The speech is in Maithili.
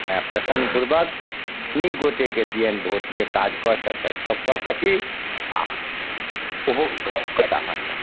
प्रसन्न पूर्वक नीक गोटेके दियनि भोट जे काज कऽ सकैत गप कऽ सकी आ ओहो गप करता अहाँ सऽ